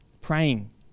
praying